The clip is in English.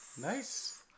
Nice